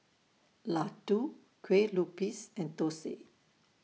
Laddu Kue Lupis and Thosai